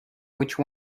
which